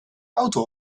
auto